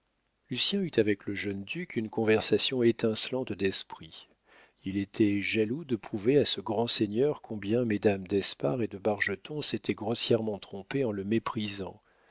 eut avec le jeune duc une conversation étincelante d'esprit il était jaloux de prouver à ce grand seigneur combien mesdames d'espard et de bargeton s'étaient grossièrement trompées en le méprisant